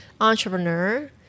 entrepreneur